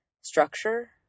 structure